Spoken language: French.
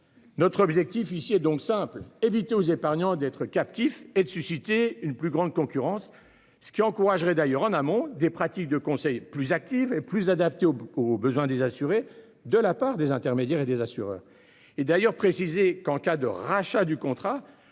Notre objectif ici est donc simple éviter aux épargnants d'être captif et de susciter une plus grande concurrence ce qui encouragerait d'ailleurs en amont des pratiques de conseil plus active et plus adaptée aux besoins des assurés de la part des intermédiaires et des assureurs. Et d'ailleurs précisé qu'en cas de rachat du contrat